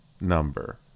number